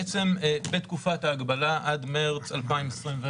בתקופת ההגבלה עד מרץ 2021,